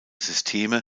systeme